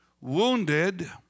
wounded